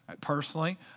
Personally